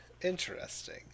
Interesting